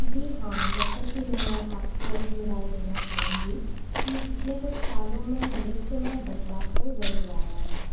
जी हाँ जैसा कि मैं आपको अपनी राय देना चाहूँगी कि पिछले कुछ सालों में नृत्य में बदलाव तो जरूर आया है